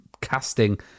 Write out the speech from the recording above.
casting